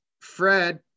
Fred